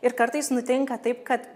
ir kartais nutinka taip kad